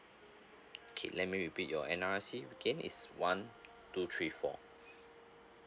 okay let me repeat your N_R_I_C okay is one two three four